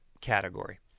category